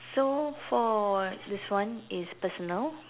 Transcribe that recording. so for this one is personal